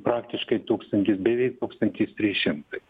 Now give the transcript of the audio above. praktiškai tūkstantis beveik tūkstantis trys šimtai